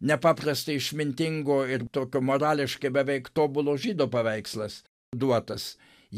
nepaprastai išmintingo ir tokio morališkai beveik tobulo žydo paveikslas duotas